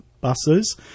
buses